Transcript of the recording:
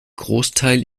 großteil